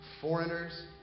foreigners